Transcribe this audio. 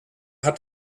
hat